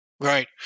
Right